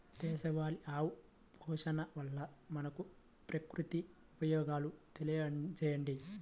దేశవాళీ ఆవు పోషణ వల్ల మనకు, ప్రకృతికి ఉపయోగాలు తెలియచేయండి?